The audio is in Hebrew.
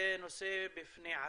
זה נושא בפני עצמו.